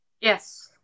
Yes